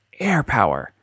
AirPower